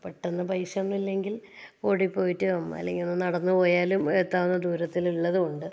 പെട്ടെന്ന് പൈസയൊന്നും ഇല്ലെങ്കിൽ ഓടിപ്പോയിട്ടോ അല്ലെങ്കിൽ നടന്നു പോയാലും എത്താവുന്ന ദൂരത്തിൽ ഉള്ളതുകൊണ്ട്